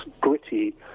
gritty